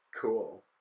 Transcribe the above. Cool